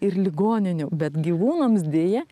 ir ligoninių bet gyvūnams deja